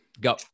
Go